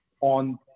on